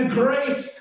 grace